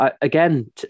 Again